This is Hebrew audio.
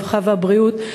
הרווחה והבריאות,